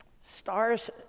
stars